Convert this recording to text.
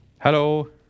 hello